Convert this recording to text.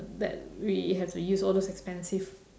that we have to use all those expensive